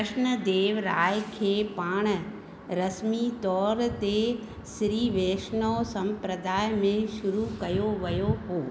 कृष्ण देव राय खे पाण रस्मी तौरु ते श्री वैष्णव संप्रदाय में शुरू कयो वियो हो